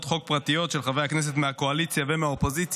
חוק פרטיות של חברי כנסת מהקואליציה ומהאופוזיציה,